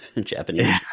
Japanese